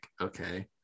okay